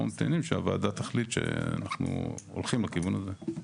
ממתינים שהוועדה תחליט שאנחנו הולכים לכיוון הזה.